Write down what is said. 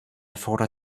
thought